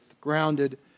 Grounded